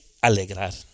alegrar